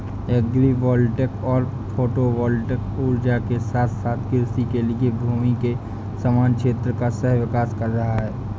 agri voltaic सौर photovoltaic ऊर्जा के साथ साथ कृषि के लिए भूमि के समान क्षेत्र का सह विकास कर रहा है